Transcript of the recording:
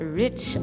rich